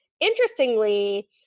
Interestingly